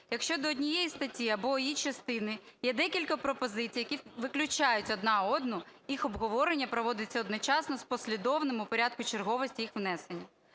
"якщо до однієї статті або її частини є декілька пропозицій, які виключають одна одну, їх обговорення проводиться одночасно з послідовним, у порядку черговості їх внесення"…